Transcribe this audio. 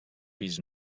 pis